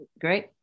Great